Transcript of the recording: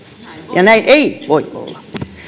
ja näin ei voi olla